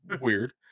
weird